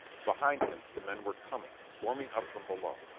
behind him the men were coming, swarming up from below.